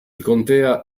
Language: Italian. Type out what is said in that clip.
contea